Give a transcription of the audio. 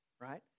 right